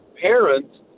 parents